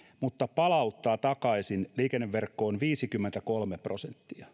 mutta palauttaa takaisin liikenneverkkoon viisikymmentäkolme prosenttia